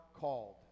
called